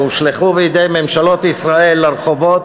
שהושלכו בידי ממשלות ישראל לרחובות